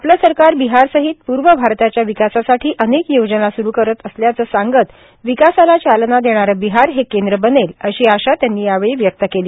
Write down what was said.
आपलं सरकार बिहारसहीत पूर्व आरतच्या विकासासाठी अनेक योजना सुरू करत असल्याचं सांगत विकासाला चालना देणारं बिहार हे केंद्र बनेल अशी आशा त्यांनी यावेळी व्यक्त केली